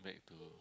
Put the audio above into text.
back to